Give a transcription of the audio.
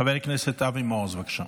חבר הכנסת אבי מעוז, בבקשה.